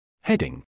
Heading